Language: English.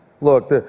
Look